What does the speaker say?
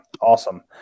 awesome